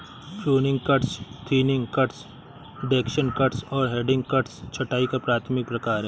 pruning cuts, thinning cuts, reduction cuts और heading cuts छंटाई का प्राथमिक प्रकार हैं